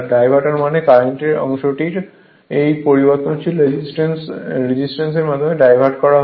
diverter মানে কারেন্টের অংশটি এই পরিবর্তনশীল রেজিস্ট্যান্সের মাধ্যমে ডাইভার্ট করা হয়